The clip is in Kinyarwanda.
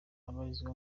abarizwa